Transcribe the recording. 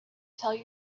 tell